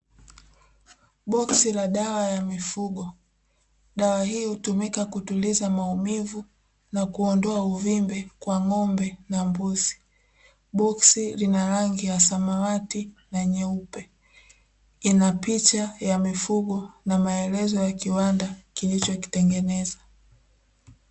Boksi la dawa ya mifugo, dawa hii hutumika kutuliza maumivu na kuondoa uvimbe kwa ngo'mbe na mbuzi, boksi lina rangi ya samawati na nyeupe, ina picha ya mifugo na maelezo ya kiwanda kilichokitengeneza.